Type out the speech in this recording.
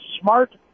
smart